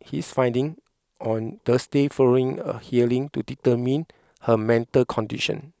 his findings on Thursday following a hearing to determine her mental condition